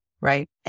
right